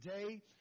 today